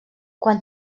quan